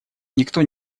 никто